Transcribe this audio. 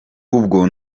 ubwo